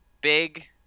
big